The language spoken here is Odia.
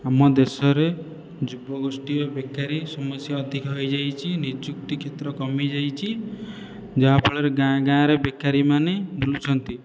ଆମ ଦେଶରେ ଯୁବଗୋଷ୍ଠୀ ଓ ବେକାରୀ ସମସ୍ୟା ଅଧିକ ହୋଇଯାଇଛି ନିଯୁକ୍ତି କ୍ଷେତ୍ର କମି ଯାଇଛି ଯାହାଫଳରେ ଗାଁ ଗାଁ ରେ ବେକାରୀମାନେ ବୁଲୁଛନ୍ତି